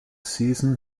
season